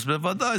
אז בוודאי,